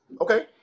Okay